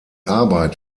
arbeit